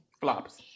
Flops